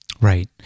Right